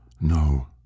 No